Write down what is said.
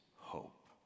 hope